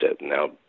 now